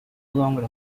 longer